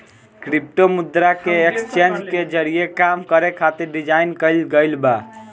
crypto मुद्रा के exchange के जरिए काम करे खातिर डिजाइन कईल गईल बा